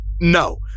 No